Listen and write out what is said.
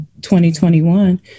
2021